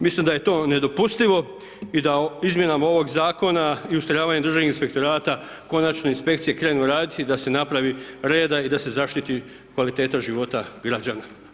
Mislim da je to nedopustivo i da izmjenama ovog zakona i ustrajavanje Državnog inspektorata, konačno inspekcije krenu raditi i da se napravi reda i da se zaštiti kvaliteta života građana.